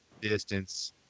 distance